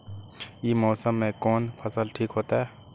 ई मौसम में कोन फसल ठीक होते?